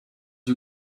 you